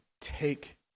take